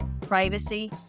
privacy